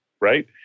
right